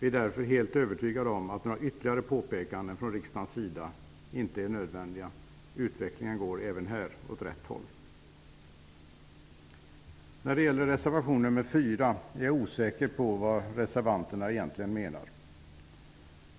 Vi är därför helt övertygade om att några ytterligare påpekanden från riksdagens sida inte är nödvändiga. Utvecklingen går även här åt rätt håll. är det gäller reservation 4 är jag osäker på vad reservanterna egentligen menar.